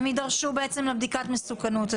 ברגע שהם נכנסים בשער הם יידרשו לבדיקת המסוכנות הזאת.